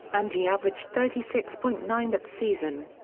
and he averaged thirty six point nine that season.